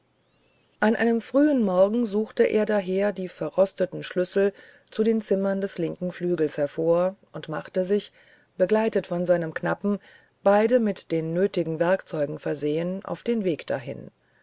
an einem frühen morgen suchte er daher die verrosteten schlüssel zu den zimmern des linken flügels hervor und machte sich begleitet von seinem knappen beide mit den nötigen werkzeugen versehen auf den weg dahin